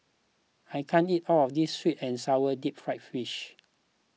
I can't eat all of this Sweet and Sour Deep Fried Fish